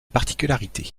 particularité